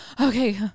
okay